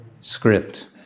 script